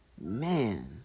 Man